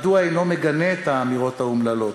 מדוע אינו מגנה את האמירות האומללות?